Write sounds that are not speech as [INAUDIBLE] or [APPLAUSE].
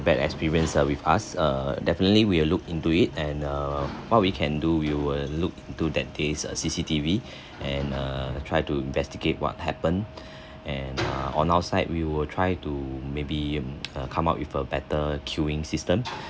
bad experience uh with us err definitely we'll look into it and err what we can do we will look into that day's uh C_C_T_V [BREATH] and err try to investigate what happened [BREATH] and err on our side we will try to maybe mm come up with a better queuing system